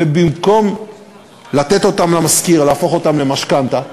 ובמקום לתת אותם למשכיר להפוך אותם למשכנתה,